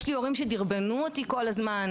יש לי הורים שדרבנו אותי כל הזמן.